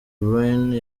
bryne